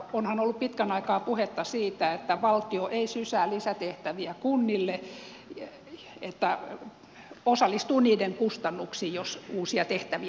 onhan ollut pitkän aikaa puhetta siitä että valtio ei sysää lisätehtäviä kunnille vaan osallistuu niiden kustannuksiin jos uusia tehtäviä tulee